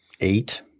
eight